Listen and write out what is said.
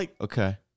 Okay